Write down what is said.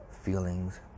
feelings